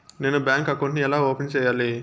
నేను bank account ను ఎలా ఓపెన్ సేయాలి?